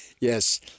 Yes